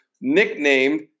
nicknamed